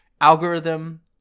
algorithm